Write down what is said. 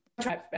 try